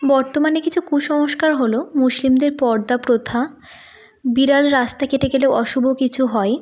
বর্তমানে কিছু কুসংস্কার হল মুসলিমদের পর্দা প্রথা বিড়াল রাস্তা কেটে গেলে অশুভ কিছু হয়